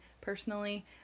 personally